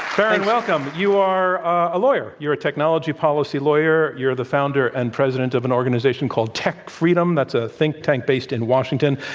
berin, welcome. you are a lawyer. you're a technology policy lawyer you're the founder and president of an organization called techfreedom that's a think tank-based on and washington.